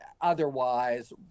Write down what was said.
otherwise